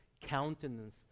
countenance